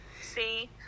see